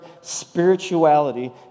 spirituality